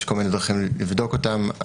יש כל מיני דרכים לבדוק אותם.